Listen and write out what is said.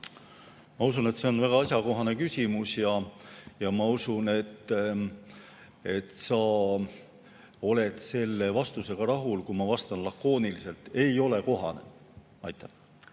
Ma usun, et see on väga asjakohane küsimus, ja ma usun, et sa oled selle vastusega rahul, kui ma vastan lakooniliselt: ei ole kohane. Ma